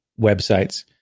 websites